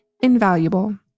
invaluable